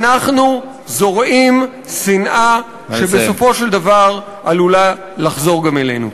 אנחנו זורעים שנאה שבסופו של דבר עלולה לחזור גם אלינו.